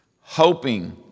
Hoping